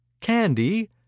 Candy